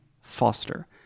Foster